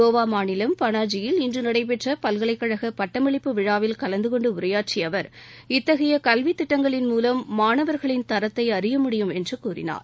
கோவா மாநிலம் பனாஜியில் இன்று நடைபெற்ற பல்கலைக்கழக பட்டமளிப்பு விழாவில் கலந்து கொண்டு உரையாற்றிய அவர் இத்தகைய கல்வித் திட்டங்களின் மூலம் மாணவர்களின் தரத்தை அறிய முடியும் என்று கூறினார்